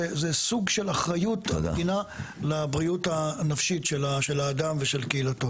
זה סוג של אחריות המדינה לבריאות הנפשית של האדם ושל קהילתו.